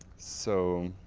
so,